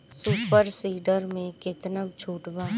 Super seeder मै कितना छुट बा?